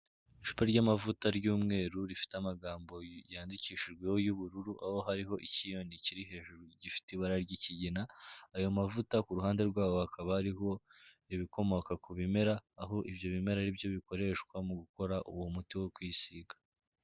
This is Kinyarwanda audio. Icupa ry'amavuta ry'umweru, rifite amagambo yandikishijweho y'ubururu, aho hariho ikiyoni kiri hejuru gifite ibara ry'ikigina, ayo mavuta ku ruhande rwaho hakaba hariho ibikomoka ku bimera, aho ibyo bimera aribyo bikoreshwa, mu gukora uwo muti wo kwisiga.